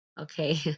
okay